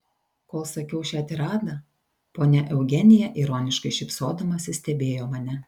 kol sakiau šią tiradą ponia eugenija ironiškai šypsodamasi stebėjo mane